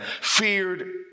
feared